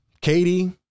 Katie